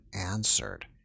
answered